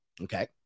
okay